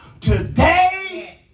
today